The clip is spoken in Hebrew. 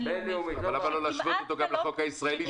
בין-לאומית -- אבל למה לא להשוות אותו גם לחוק הישראלי,